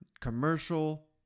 Commercial